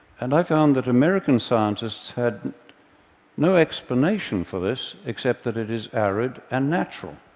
and i found that american scientists had no explanation for this except that it is arid and natural.